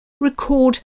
record